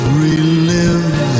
relive